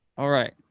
alright.